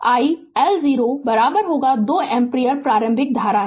तो यह I0 i L0 2 ampere प्रारंभिक धारा है